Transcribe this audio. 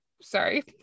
Sorry